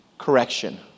Correction